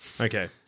Okay